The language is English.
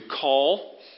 call